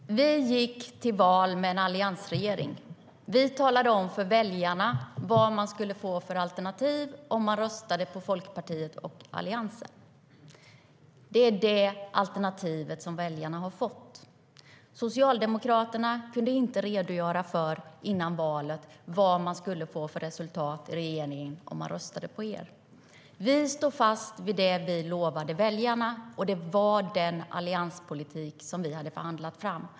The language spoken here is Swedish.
Herr talman! Vi gick till val som en alliansregering. Vi talade om för väljarna vad man skulle få för alternativ om man röstade på Folkpartiet och Alliansen. Det är det alternativet väljarna har fått. Socialdemokraterna kunde före valet inte redogöra för vad man skulle få för resultat i regeringen om man röstade på er. Vi står fast vid det vi lovade väljarna, och det var den allianspolitik vi hade förhandlat fram.